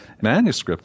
manuscripts